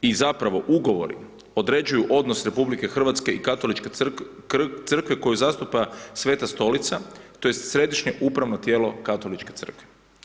I zapravo ugovori određuju odnos RH i Katoličke crkve koju zastupa Sveta Stolica tj. središnje upravo tijelo Katoličke crkve.